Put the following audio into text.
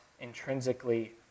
intrinsically